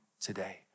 today